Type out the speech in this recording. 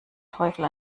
teufel